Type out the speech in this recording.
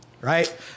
right